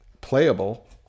playable